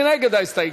מי נגד ההסתייגות?